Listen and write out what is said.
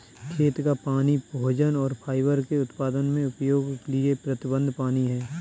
खेत का पानी भोजन और फाइबर के उत्पादन में उपयोग के लिए प्रतिबद्ध पानी है